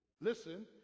listen